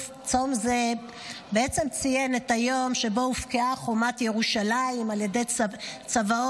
צום זה ציין את היום שבו הובקעה חומת ירושלים על ידי צבאות